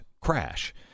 crash